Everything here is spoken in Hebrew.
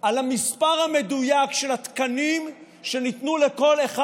על המספר המדויק של התקנים שניתנו לכל אחד